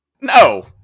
No